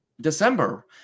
December